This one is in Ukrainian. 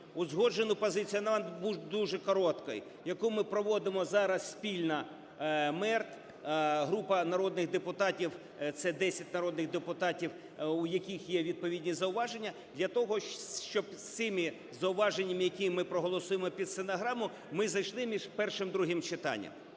узгоджену позицію, вона буде дуже короткою, яку ми проводимо зараз спільно – МЕРТ, група народних депутатів, це 10 народних депутатів, у яких є відповідні зауваження, – для того, щоб з цими зауваженнями, які ми проголосуємо під стенограму, ми зайшли між першим, другим читанням.